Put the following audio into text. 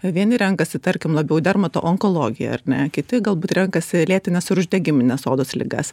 vieni renkasi tarkim labiau dermato onkologiją ar ne kiti galbūt renkasi lėtines ir uždegimines odos ligas